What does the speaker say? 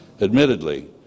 Admittedly